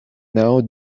now